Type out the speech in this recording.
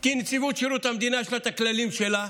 כי לנציבות שירות המדינה יש את הכללים שלה,